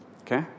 Okay